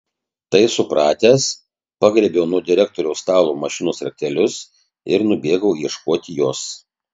tai supratęs pagriebiau nuo direktoriaus stalo mašinos raktelius ir nubėgau ieškoti jos